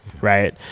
right